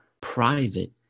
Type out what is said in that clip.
private